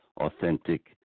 authentic